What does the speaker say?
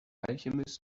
alchemist